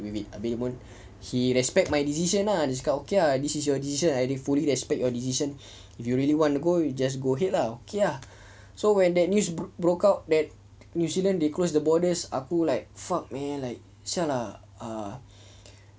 he respect my decision ah dia cakap okay ah this is your decision I fully respect your decision if you really want to go you just go ahead lah okay lah so when the news broke out that new zealand they close the borders aku like fuck man like !siala! ah